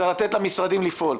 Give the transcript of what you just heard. צריך לתת למשרדים לפעול.